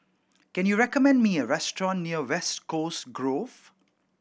can you recommend me a restaurant near West Coast Grove